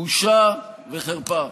בושה וחרפה.